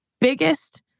biggest